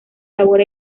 labor